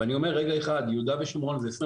ואני אומר רגע אחד יהודה ושומרון הוא עשרים